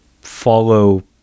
follow